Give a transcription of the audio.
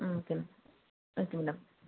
ம் okay ma'am